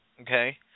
okay